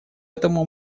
этому